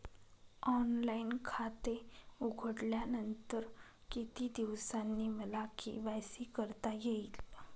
Online खाते उघडल्यानंतर किती दिवसांनी मला के.वाय.सी करता येईल?